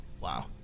Wow